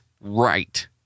Right